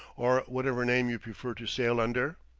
or whatever name you prefer to sail under?